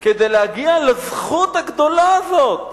כדי להגיע לזכות הגדולה הזאת